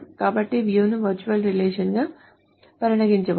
కాబట్టి view ను virtual రిలేషన్గా పరిగణించవచ్చు